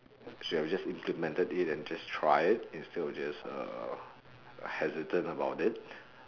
should have just implemented it and just try it instead of just uh hesitant about it